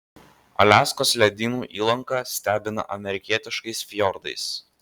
aliaskos ledynų įlanka stebina amerikietiškais fjordais